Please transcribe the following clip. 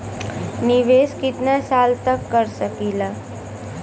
निवेश कितना साल तक कर सकीला?